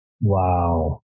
Wow